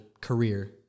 career